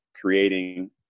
creating